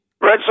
Red